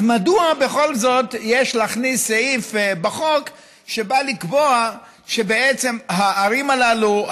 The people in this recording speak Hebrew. אז מדוע בכל זאת יש להכניס סעיף בחוק שבא לקבוע שבעצם הערים הללו,